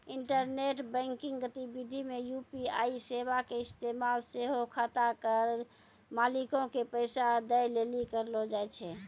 internet banking गतिविधि मे UPI सेबा के इस्तेमाल सेहो खाता मालिको के पैसा दै लेली करलो जाय छै